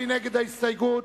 נגד,